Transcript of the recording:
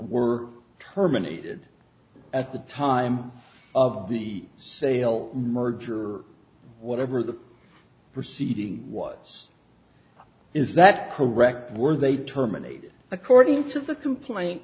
were terminated at the time of the sale merger or whatever the proceeding was is that correct were they terminated according to the complaint